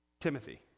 Timothy